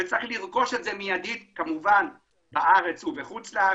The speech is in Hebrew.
צריך לרכוש את זה מידית בארץ ובחו"ל.